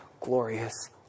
glorious